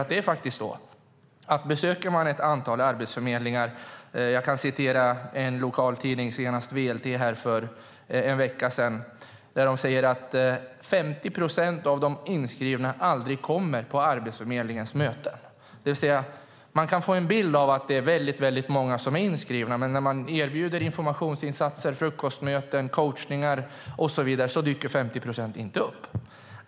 I lokaltidningen VLT skrev man senast för en vecka sedan att 50 procent av de inskrivna aldrig kommer på Arbetsförmedlingens möten. Man kan få en bild av att det är väldigt många som är inskrivna, men när det erbjuds informationsinsatser, frukostmöten, coachningar och så vidare dyker 50 procent inte upp.